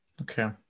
Okay